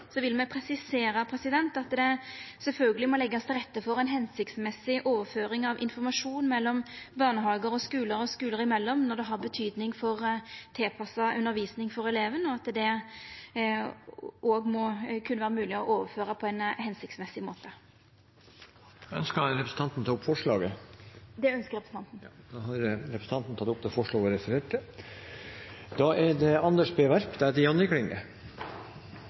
vil presisera at det sjølvsagt må leggjast til rette for ei hensiktsmessig overføring av informasjon mellom barnehagar og skular og skular imellom når det har betyding for tilpassa undervisning for eleven, og at det òg må vera mogleg å overføra på ein hensiktsmessig måte. Til slutt vil eg ta opp forslaget frå Arbeidarpartiet og Senterpartiet. Representanten Hadia Tajik har tatt opp det forslaget hun refererte til. Høyre deler absolutt intensjonen til forslagsstillerne i disse to sakene. Samfunnet er